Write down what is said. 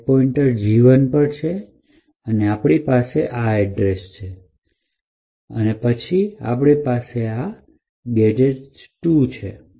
stack pointer G ૧ પર છે અને આપાડી પાસે આ એડ્રેસ છે અને પછી આપણી પાસે ગેજેટ્સ 2 છે